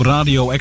Radio